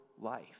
life